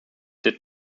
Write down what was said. did